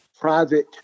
private